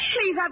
Please